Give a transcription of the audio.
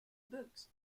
books